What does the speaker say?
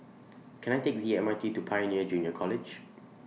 Can I Take The M R T to Pioneer Junior College